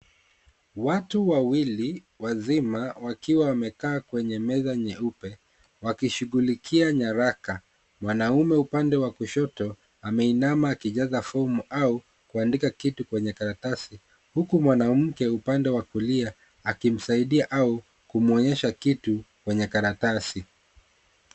Watu wawili wazima wakiwa wamekaa kwenye meza nyeupe, wakishughulikia nyaraka .Mwanaume upande wa kushoto ameinama akijaza fomu au kuandika kitu kwenye karatasi. Huku mwanaumke upande wa kulia akimsaidia au kumwonyesha kitu kwenye karatasi.